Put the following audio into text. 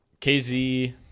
KZ